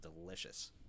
delicious